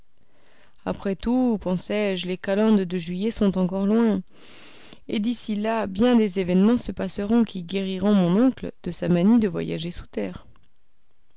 après tout pensai-je les calendes de juillet sont encore loin et d'ici là bien des événements se passeront qui guériront mon oncle de sa manie de voyager sous terre